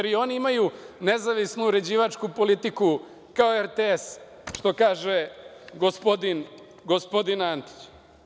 Da li i oni imaju nezavisnu uređivačku politiku, kao RTS, što kaže gospodin Antić?